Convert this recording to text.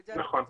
נכון.